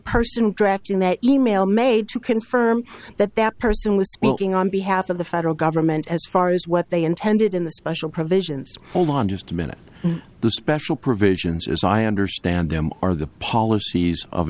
person drafting that e mail made to confirm that that person was swelling on behalf of the federal government as far as what they intended in the special provisions hold on just a minute the special provisions as i understand them are the policies of